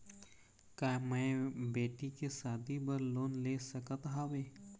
का मैं बेटी के शादी बर लोन ले सकत हावे?